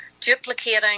duplicating